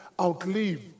Outlive